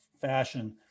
fashion